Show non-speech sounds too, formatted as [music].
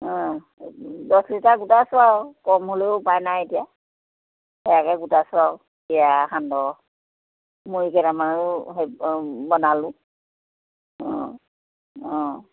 অঁ দহ লিটাৰ গোটাইছোঁ আৰু কম হ'লেও উপায় নাই এতিয়া সেয়াকে গোটাইছো আউ চিৰা সান্দহ মুৰিকেইটামান [unintelligible] বনালোঁ অঁ অঁ